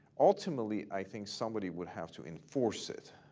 ultimately, i think somebody would have to enforce it.